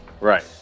Right